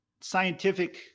scientific